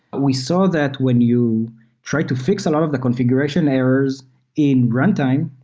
we saw that when you try to fix a lot of the configuration errors in runtime,